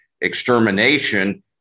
extermination